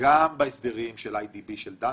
וגם בהסדרים של IDB של דנקנר,